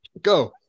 Go